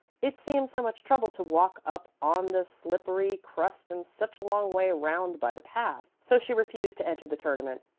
it seemed so much trouble to walk up on the slippery crust and such a long way round by the path. so she refused to enter the tournament.